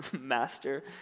Master